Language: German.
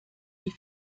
die